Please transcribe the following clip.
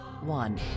one